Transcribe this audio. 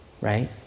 right